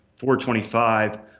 425